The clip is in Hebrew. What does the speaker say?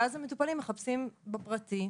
ואז המטופלים מחפשים בפרטי.